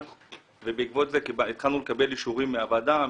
ובעקבות זה התחלנו לקבל אישורים מהוועדה.